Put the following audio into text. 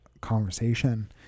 conversation